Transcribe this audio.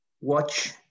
watch